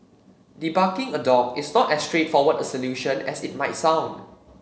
debarking a dog is not as straightforward a solution as it might sound